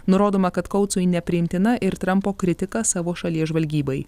nurodoma kad kautsui nepriimtina ir trampo kritika savo šalies žvalgybai